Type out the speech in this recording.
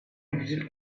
difícil